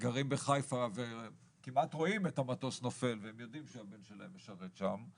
גרים בחיפה וכמעט רואים את המטוס נופל והם יודעים שהבן שלהם משרת שם,